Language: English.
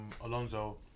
Alonso